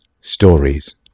stories